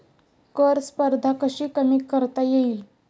कर स्पर्धा कशी कमी करता येईल?